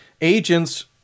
agents